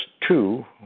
two